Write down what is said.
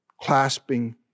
clasping